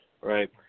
Right